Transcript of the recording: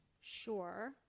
Sure